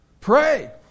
Pray